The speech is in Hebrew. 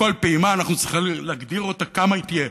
וכל פעימה, אנחנו צריכים להגדיר כמה היא תהיה.